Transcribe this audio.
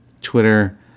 Twitter